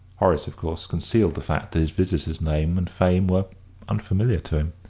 horace, of course, concealed the fact that his visitor's name and fame were unfamiliar to him.